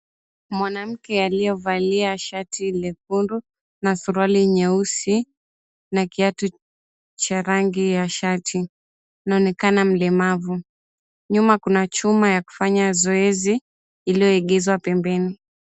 Mwanamke aliyevalia shati lekundu na suruali nyeusi na kiatu cha rangi ya shati, anaonekana mlemavu. Nyuma kuna chuma yakufanya zoezi iliyoegezwa pembeni.